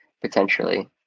potentially